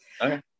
Okay